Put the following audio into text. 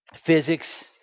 physics